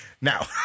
Now